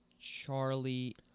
charlie